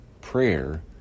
prayer